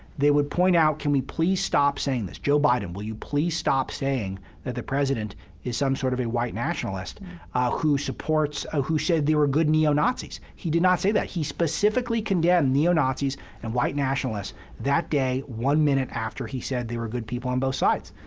they would point out can we please stop saying this? joe biden, will you please stop saying that the president is some sort of a white nationalist who supports ah who said there were good neo-nazis? he did not say that. he specifically condemned neo-nazis and white nationalists that day, one minute after he said there were good people on both sides.